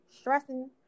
stressing